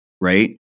right